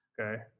okay